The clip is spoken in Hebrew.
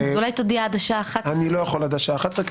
אולי תודיע עד השעה 11:00. אני לא יכול עד השעה 11:00 כי